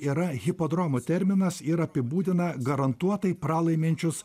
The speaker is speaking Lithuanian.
yra hipodromų terminas ir apibūdina garantuotai pralaiminčius